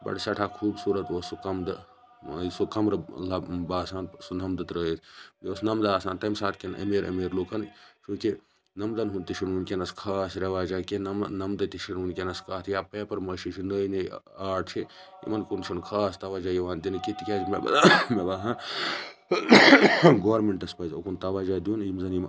بَڑٕ سیٚٹھاہ خوٗبصورت اوس سُہ نمدٕ سُہ کَمرٕ باسان سُہ نَمدٕ ترٲیِتھ بیٚیہِ اوس نَمدٕ آسان تمہِ ساتہٕ کٮ۪ن امیٖر امیٖر لُکَن چونٛکہِ نَمدَن ہُنٛد تہِ چھُنہٕ وٕنکیٚنَس خاص ریٚواجہَ کینٛہہ یَما نَمدٕ تہِ چھُ وٕنکیٚنَس کتھ یا پیپَر مٲشی نٔے نٔے آرٹ چھِ یِمن کُن چھُ نہٕ خاص تَوَجہ یِوان دِنہٕ کینٛہہ تکیاز مےٚ باسان گارمنٹَس پَزِ یُکُن تَوَجہَ دِیُن